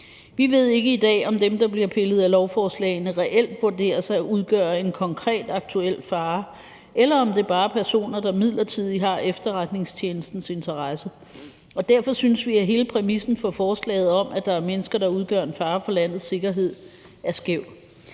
Vi ved ikke i dag, om dem, der bliver pillet ud af lovforslagene, reelt vurderes at udgøre en konkret aktuel fare, eller om det bare er personer, der midlertidigt har efterretningstjenestens interesse. Og derfor synes vi, at hele præmissen for forslaget om, at der er mennesker, der udgør en fare for landets sikkerhed, er skæv.